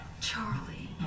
Charlie